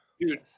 Dude